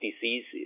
diseases